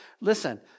listen